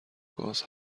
گاز